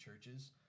churches